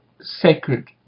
sacred